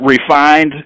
refined –